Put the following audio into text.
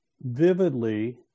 vividly